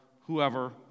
whoever